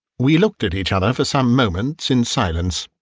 we looked at each other for some moments in silence.